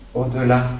au-delà